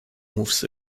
moves